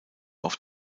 auf